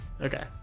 Okay